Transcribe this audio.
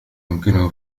يمكنه